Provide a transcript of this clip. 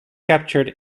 captured